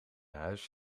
huis